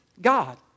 God